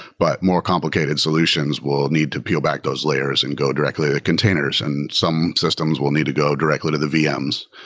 but more complicated solutions will need to peel back those layers and go directly to containers, and some systems will need to go directly to the vms.